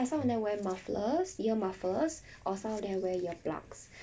ya some of them wear mufflers ear muffler or some of them wear earplugs